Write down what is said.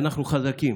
אנחנו חזקים.